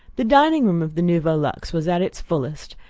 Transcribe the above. the dining-room of the nouveau luxe was at its fullest,